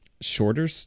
shorter